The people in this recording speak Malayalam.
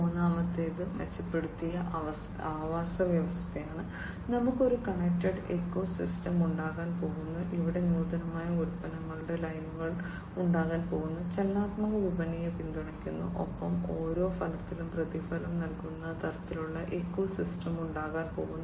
മൂന്നാമത്തേത് മെച്ചപ്പെടുത്തിയ ആവാസവ്യവസ്ഥയാണ് നമുക്ക് ഒരു കണക്റ്റഡ് ഇക്കോസിസ്റ്റം ഉണ്ടാകാൻ പോകുന്നു അവിടെ നൂതനമായ ഉൽപ്പന്ന ലൈനുകൾ ഉണ്ടാകാൻ പോകുന്നു ചലനാത്മക വിപണിയെ പിന്തുണയ്ക്കുന്നു ഒപ്പം ഓരോ ഫലത്തിനും പ്രതിഫലം നൽകുന്ന തരത്തിലുള്ള ഇക്കോസിസ്റ്റം ഉണ്ടാകാൻ പോകുന്നു